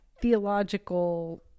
theological